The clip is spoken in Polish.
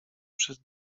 przy